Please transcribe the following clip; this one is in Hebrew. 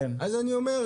אז אני אומר,